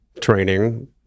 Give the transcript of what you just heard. training